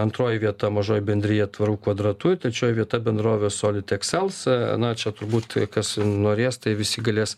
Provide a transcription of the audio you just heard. antroji vieta mažoji bendrija tvaru kvadratu trečioje vieta bendrovė solitek sels a na čia turbūt kas norės tai visi galės